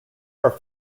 are